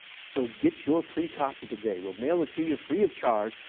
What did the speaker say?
so get your free copy today. we'll mail it to you free of charge.